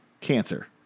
cancer